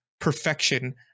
perfection